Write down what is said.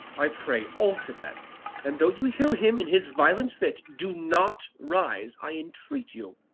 i pray, all to bed and though you hear him in his violent fit, do not rise, i entreat you.